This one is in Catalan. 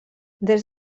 des